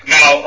Now